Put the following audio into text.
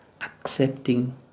accepting